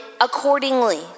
accordingly